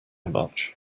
much